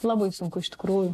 labai sunku iš tikrųjų